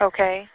Okay